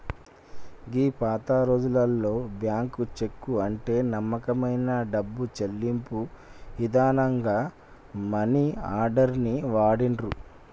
గీ పాతరోజుల్లో bank cheque కంటే నమ్మకమైన డబ్బు చెల్లింపుల ఇదానంగా మనీ ఆర్డర్ ని వాడిర్రు